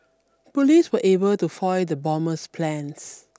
police were able to foil the bomber's plans